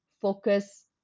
focus